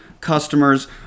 customers